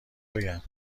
بگم